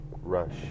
rush